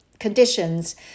conditions